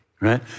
right